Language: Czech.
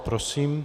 Prosím.